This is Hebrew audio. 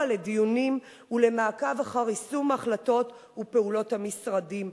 לדיונים ולמעקב אחר יישום החלטות ופעולות המשרדים.